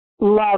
love